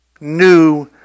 new